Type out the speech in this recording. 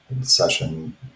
session